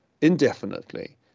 indefinitely